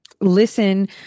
listen